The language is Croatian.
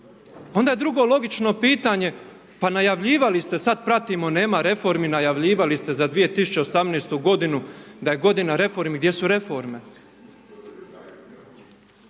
Onda drugo logično pitanje, pa najavljivali ste, sada pratimo, nema reformi, najavljivali ste za 2018.-tu godinu da je godina reformi. Gdje su reforme?